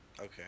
okay